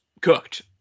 cooked